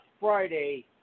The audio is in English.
Friday